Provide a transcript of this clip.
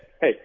hey